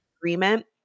agreement